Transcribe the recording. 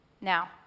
Now